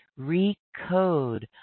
recode